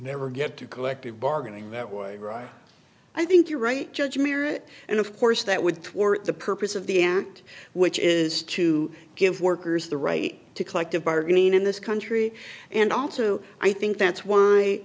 never get to collective bargaining that way i think you're right judge mirror it and of course that would thwart the purpose of the act which is to give workers the right to collective bargaining in this country and also i think that's why